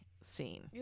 scene